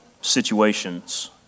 situations